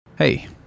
hey